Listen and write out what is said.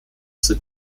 sind